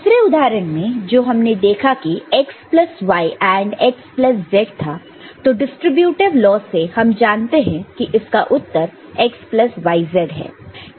दूसरे उदाहरण में जो कि x plus y AND x plus z था तो डिस्ट्रीब्यूटीव लॉ से हम जानते हैं कि इसका उत्तर x प्लस yz है